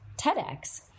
TEDx